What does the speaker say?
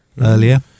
earlier